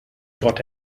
got